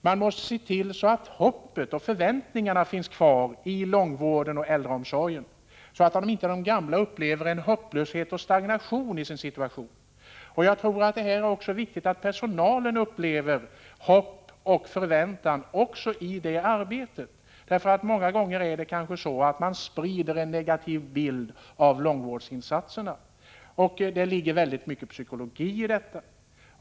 Man måste se till att hoppet och förväntningarna finns kvar i långvården och äldreomsorgen, så att inte de gamla upplever en hopplöshet och stagnation i sin livssituation. Jag tror att det är viktigt att också personalen i sitt arbete upplever hopp och förväntan. Många gånger sprids en negativ bild av långvårdsinsatserna. Det ligger väldigt mycket psykologi i detta.